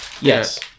Yes